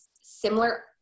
similar